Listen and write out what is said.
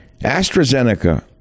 AstraZeneca